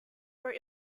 were